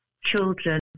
children